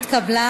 התקבלה